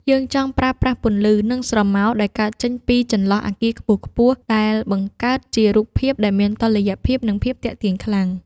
យើងចង់ប្រើប្រាស់ពន្លឺ និងស្រមោលដែលកើតចេញពីចន្លោះអាគារខ្ពស់ៗ ដើម្បីបង្កើតជារូបភាពដែលមានតុល្យភាព និងភាពទាក់ទាញខ្លាំង។